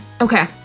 Okay